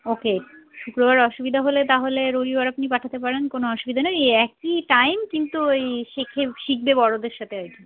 ও কে শুক্রবার অসুবিধা হলে তাহলে রবিবার আপনি পাঠাতে পারেন কোনো অসুবিধা নেই ওই একই টাইম কিন্তু ওই শেখে শিখবে বড়দের সাথে আর কি